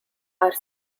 are